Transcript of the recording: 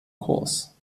kurs